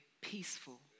peaceful